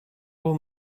will